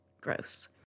Gross